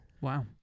Wow